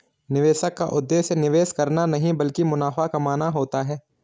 निवेशक का उद्देश्य निवेश करना नहीं ब्लकि मुनाफा कमाना होता है